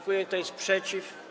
Kto jest przeciw?